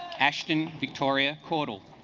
ashton victoria coddle